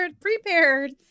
prepared